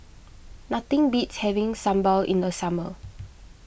nothing beats having Sambal in the summer